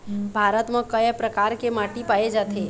भारत म कय प्रकार के माटी पाए जाथे?